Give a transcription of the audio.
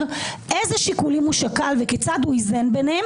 איזה שיקולים הוא שקל וכיצד הוא איזן ביניהם,